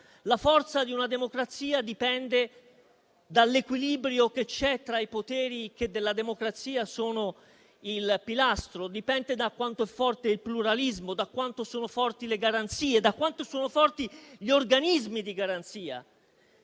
la forza di una democrazia dipende dall'equilibrio che c'è tra i poteri che della democrazia sono il pilastro, dipende da quanto è forte il pluralismo, da quanto sono forti le garanzie e gli organismi di garanzia.